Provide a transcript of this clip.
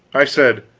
i said